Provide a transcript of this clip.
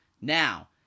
Now